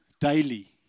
daily